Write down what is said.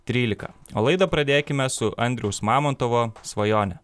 trylika o laidą pradėkime su andriaus mamontovo svajone